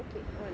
okay on